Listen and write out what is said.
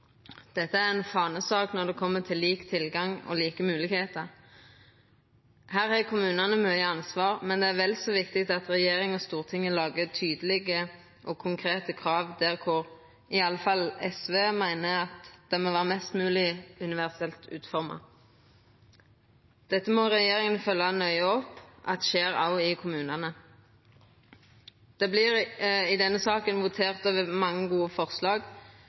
Dette er ei fanesak når det gjeld lik tilgang og like moglegheiter. Her har kommunane mykje ansvar, men det er vel så viktig at regjeringa og Stortinget lager tydelege og konkrete krav, der iallfall SV meiner at det må vera mest mogleg universell utforming. Dette må regjeringa følgja nøye opp at skjer òg i kommunane. I denne saka vert det votert over mange gode forslag